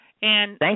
Thank